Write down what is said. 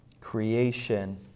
Creation